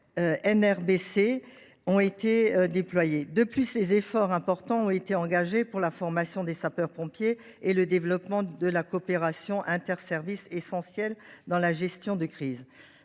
la formation des sapeurs pompiers et pour le développement de la coopération interservices, qui sont essentiels dans la gestion de crise.